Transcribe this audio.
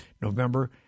November